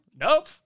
Nope